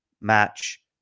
match